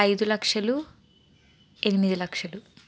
ఐదు లక్షలు ఎనిమిది లక్షలు